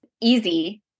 easy